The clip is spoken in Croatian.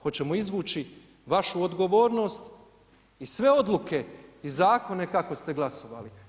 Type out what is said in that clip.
Hoćemo izvući vašu odgovornost i sve odluke i zakone kako ste glasovali.